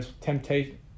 temptation